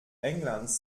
englands